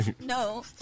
no